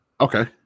Okay